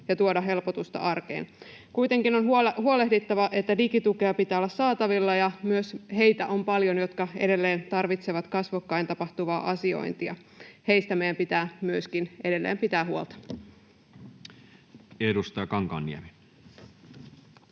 ja tuoda helpotusta arkeen. Kuitenkin on huolehdittava, että digitukea pitää olla saatavilla, ja myös heitä on paljon, jotka edelleen tarvitsevat kasvokkain tapahtuvaa asiointia. Heistä meidän pitää myöskin edelleen pitää huolta. Edustaja Kankaanniemi.